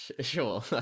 sure